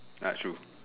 not true